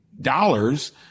dollars